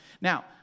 Now